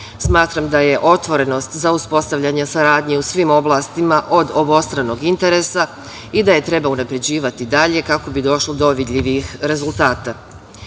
Smatram da je otvorenost za uspostavljanje saradnje u svim oblastima od obostranog interesa i da je treba unapređivati dalje kako bi došlo do vidljivijih rezultata. Danas